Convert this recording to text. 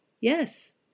yes